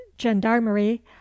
gendarmerie